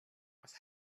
was